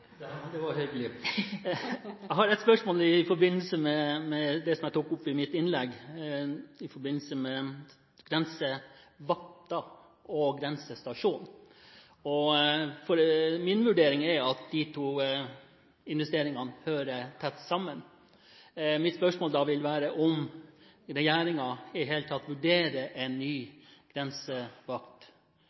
Jeg har et spørsmål i forbindelse med det som jeg tok opp i mitt innlegg i forbindelse med grensevakten og grensestasjonen. Min vurdering er at de to investeringene hører tett sammen. Mitt spørsmål er om regjeringen i det hele tatt vurderer en ny